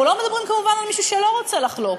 אנחנו לא מדברים כמובן על מישהו שלא רוצה לחלוק,